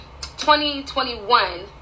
2021